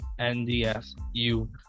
NDSU